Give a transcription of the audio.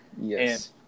Yes